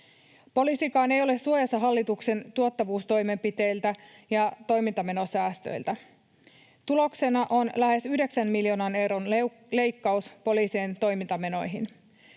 Poliisikaan ei ole suojassa hallituksen tuottavuustoimenpiteiltä ja toimintamenosäästöiltä. Tuloksena on lähes yhdeksän miljoonan euron leikkaus poliisien toimintamenoihin.